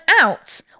out